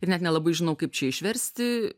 ir net nelabai žinau kaip čia išversti